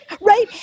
right